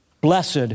Blessed